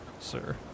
sir